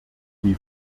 wie